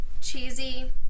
cheesy